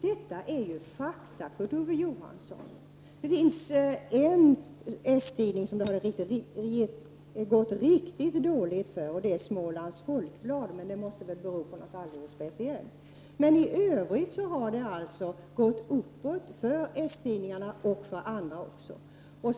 Detta är fakta, Kurt Ove Johansson. Det finns en s-tidning som det har gått riktigt dåligt för, och det är Smålands Folkblad. Men det måste bero på någonting alldeles speciellt. Men i övrigt har det gått uppåt för s-tidningarna och andra tidningar också.